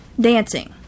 Dancing